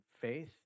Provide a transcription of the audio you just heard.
faith